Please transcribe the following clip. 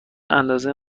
اندازه